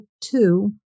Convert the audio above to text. two